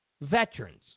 veterans